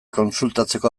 kontsultatzeko